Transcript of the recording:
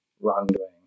wrongdoing